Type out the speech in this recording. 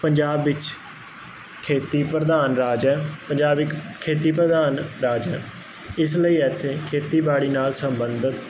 ਪੰਜਾਬ ਵਿੱਚ ਖੇਤੀ ਪ੍ਰਧਾਨ ਰਾਜ ਐ ਪੰਜਾਬ ਇੱਕ ਖੇਤੀ ਪ੍ਰਧਾਨ ਰਾਜ ਹੈ ਇਸ ਲਈ ਐਥੇ ਖੇਤੀਬਾੜੀ ਨਾਲ ਸਬੰਧਤ